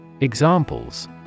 Examples